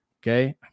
Okay